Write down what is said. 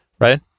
right